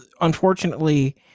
unfortunately